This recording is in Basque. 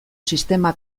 sistema